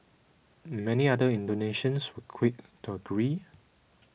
many other Indonesians were quick to agree